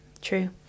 true